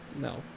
No